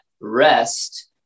rest